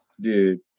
dude